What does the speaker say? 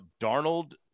Darnold